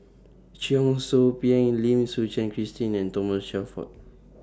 Cheong Soo Pieng Lim Suchen Christine and Thomas Shelford